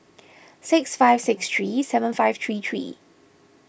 six five six three seven five three three